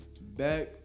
back